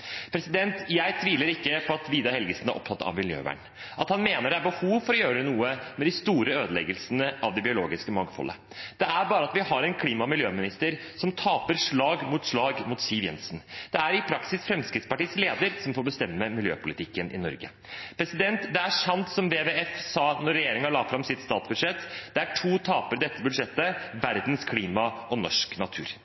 Jeg tviler ikke på at Vidar Helgesen er opptatt av miljøvern, og at han mener det er behov for å gjøre noe med de store ødeleggelsene av det biologiske mangfoldet. Det er bare det at vi har en klima- og miljøminister som taper slag etter slag mot Siv Jensen. Det er i praksis Fremskrittspartiets leder som får bestemme miljøpolitikken i Norge. Det er sant som WWF sa da regjeringen la fram sitt statsbudsjett: «Det er to store tapere i dette